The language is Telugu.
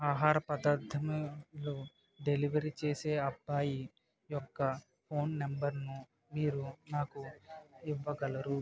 ఆహార పదార్ధములు డెలివరీ చేసే అబ్బాయి యొక్క ఫోన్ నెంబర్ను మీరు నాకు ఇవ్వగలరు